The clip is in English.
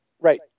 Right